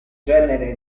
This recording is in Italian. genere